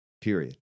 Period